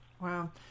Wow